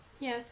yes